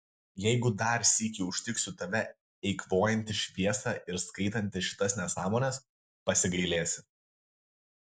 jeigu dar sykį užtiksiu tave eikvojantį šviesą ir skaitantį šitas nesąmones pasigailėsi